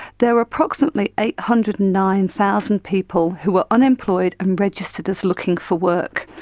there were approximately eight hundred and nine thousand people who were unemployed and registered as looking for work.